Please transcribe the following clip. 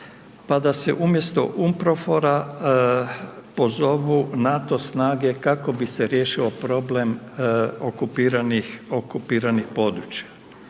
pa da se umjesto UNPROFOR-a pozovu NATO snage kako bi se riješio problem okupiranih,